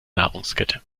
nahrungskette